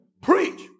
preach